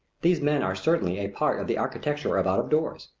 these men are certainly a part of the architecture of out of doors,